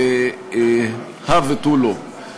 הא ותו לא.